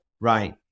right